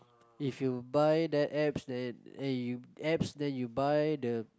if you buy that apps then then you apps then you buy the